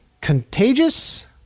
Contagious